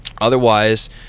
otherwise